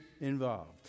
involved